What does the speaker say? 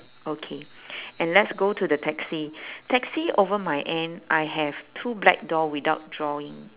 okay and let's go to the taxi taxi over my end I have two black door without drawing